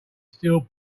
still